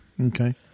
Okay